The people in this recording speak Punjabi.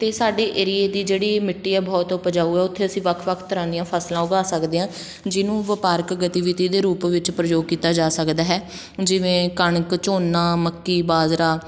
ਅਤੇ ਸਾਡੇ ਏਰੀਏ ਦੀ ਜਿਹੜੀ ਮਿੱਟੀ ਹੈ ਬਹੁਤ ਉਪਜਾਊ ਆ ਉੱਥੇ ਅਸੀਂ ਵੱਖ ਵੱਖ ਤਰ੍ਹਾਂ ਦੀਆਂ ਫਸਲਾਂ ਉਗਾ ਸਕਦੇ ਹਾਂ ਜਿਹਨੂੰ ਵਪਾਰਕ ਗਤੀਵਿਧੀ ਦੇ ਰੂਪ ਵਿੱਚ ਪ੍ਰਯੋਗ ਕੀਤਾ ਜਾ ਸਕਦਾ ਹੈ ਜਿਵੇਂ ਕਣਕ ਝੋਨਾ ਮੱਕੀ ਬਾਜਰਾ